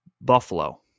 Buffalo